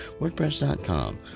wordpress.com